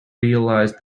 realized